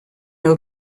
els